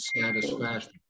satisfaction